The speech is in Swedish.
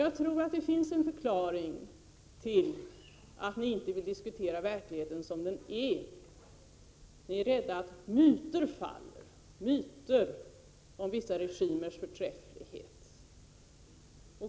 Jag tror att det finns en förklaring till att ni inte vill diskutera verkligheten sådan den är: ni är rädda att myter faller och det gäller då myter om vissa regimers förträfflighet.